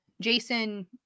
Jason